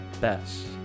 best